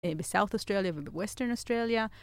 ב south אוסטרליה, וב western אוסטרליה.